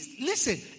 Listen